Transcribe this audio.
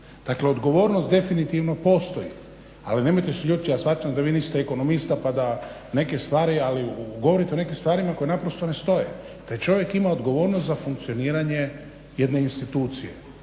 Dakle, odgovornost definitivno postoji. Ali nemojte se ljutiti ja smatram da vi niste ekonomista pa da neke stvari ali govorite o nekim stvarima koje naprosto ne stoje. Taj čovjek ima odgovornost za funkcioniranje jedne institucije.